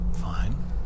fine